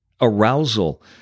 arousal